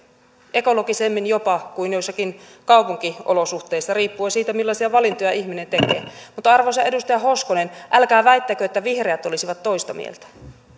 ekologisemmin jopa kuin joissakin kaupunkiolosuhteissa riippuen siitä millaisia valintoja ihminen tekee mutta arvoisa edustaja hoskonen älkää väittäkö että vihreät olisivat toista mieltä